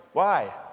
why?